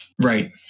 Right